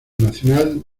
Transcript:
nacional